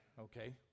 Okay